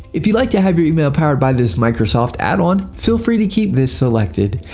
if you'd like to have your email powered by this microsoft addon feel free to keep this selected.